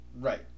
Right